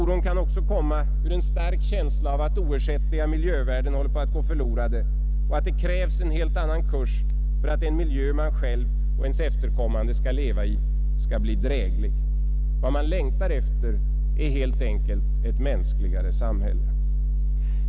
Oron kan också komma ur en stark känsla av att oersättliga miljövärden håller på att gå förlorade och att det krävs en helt annan kurs för att den miljö man själv och ens efterkommande får leva i skall bli dräglig. Vad man längtar efter är helt enkelt ett mänskligare samhälle.